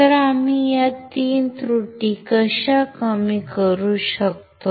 तर आम्ही या 3 त्रुटी कशा कमी करू शकतो